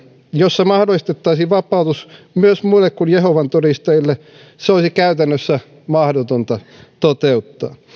jossa mahdollistettaisiin vapautus myös muille kuin jehovan todistajille voisi toimia se olisi käytännössä mahdotonta toteuttaa